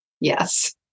Yes